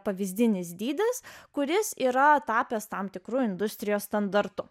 pavyzdinis dydis kuris yra tapęs tam tikru industrijos standartų